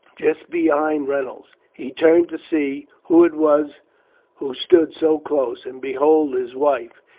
just behind reynolds. he turned to see who it was who stood so close, and beheld his wife,